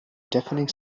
deafening